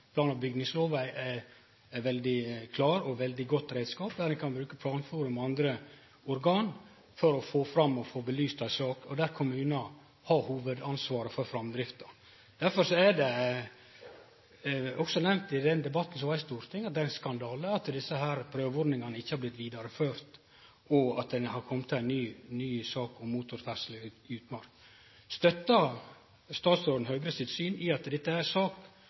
Plan- og bygningslova er veldig klar og ein veldig god reiskap der ein kan bruke Planforum og andre organ for å få fram og få belyst ei sak, og der kommunar har hovudansvaret for framdrifta. Derfor er det òg, som nemnt i den debatten som var i Stortinget, ein skandale at desse prøveordningane ikkje er blitt vidareførde, og at det ikkje har kome ei ny sak om motorferdsle i utmark. Støttar statsråden Høgre sitt syn på at dette er ei sak